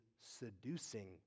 seducing